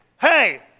Hey